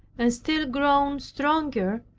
and still grown stronger,